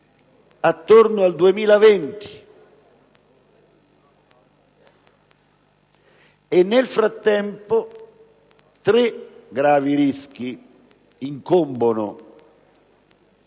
intorno al 2020. Nel frattempo, tre gravi rischi incombono